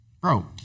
bro